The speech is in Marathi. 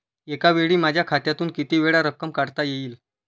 एकावेळी माझ्या खात्यातून कितीवेळा रक्कम काढता येईल?